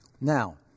Now